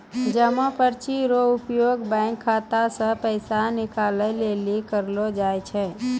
जमा पर्ची रो उपयोग बैंक खाता से पैसा निकाले लेली करलो जाय छै